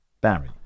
Barry